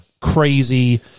crazy